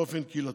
באופן קהילתי.